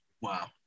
Wow